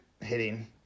hitting